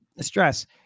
stress